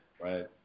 right